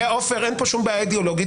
עופר, אין פה שום בעיה אידיאולוגית.